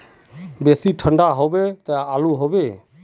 बेसी ठंडा होबे की आलू होबे